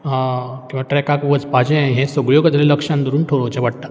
किंवा ट्रॅकाक वचपाचें हे सगळ्यो गजाली लक्षान धरून थारावचें पडटा